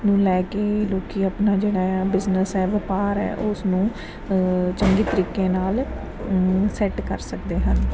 ਨੂੰ ਲੈ ਕੇ ਲੋਕੀ ਆਪਣਾ ਜਿਹੜਾ ਆ ਬਿਜਨਸ ਹੈ ਵਪਾਰ ਹੈ ਉਸ ਨੂੰ ਚੰਗੀ ਤਰੀਕੇ ਨਾਲ ਸੈਟ ਕਰ ਸਕਦੇ ਹਨ